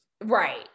Right